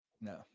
No